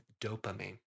dopamine